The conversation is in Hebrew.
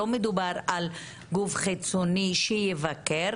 לא מדובר על גוף חיצוני שיבקר.